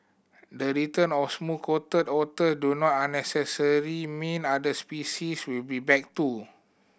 the return of smooth coated otter do not a necessary mean other species will be back too